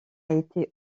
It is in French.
été